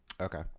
Okay